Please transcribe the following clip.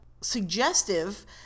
suggestive